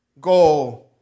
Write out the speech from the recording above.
Go